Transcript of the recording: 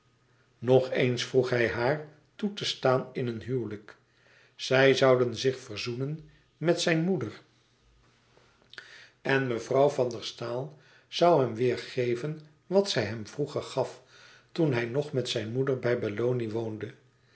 nog eens vroeg hij haar toch toe te staan in een huwelijk zij zouden zich verzoenen met zijn moeder en mevrouw van der staal zou hem weêr geven wat zij hem vroeger gaf toen hij nog met zijn moeder bij belloni woonde